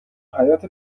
حیاط